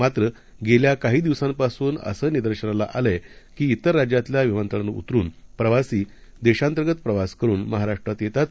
मात्र गेल्या काही दिवसांपासून असं निदर्शनाला आलंय की इतर राज्यातल्या विमानतळांवर उतरून प्रवाशी देशांतर्गत प्रवास करून महाराष्ट्रात येतात